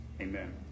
Amen